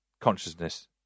consciousness